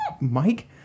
Mike